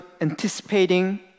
anticipating